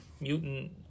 mutant